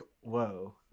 whoa